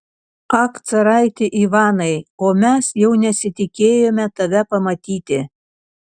ak caraiti ivanai o mes jau nesitikėjome tave pamatyti